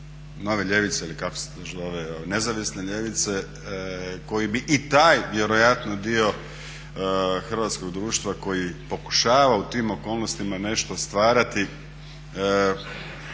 već zove, nezavisne ljevice koji bi i taj vjerojatno dio hrvatskog društva koji pokušava u tim okolnostima nešto stvarati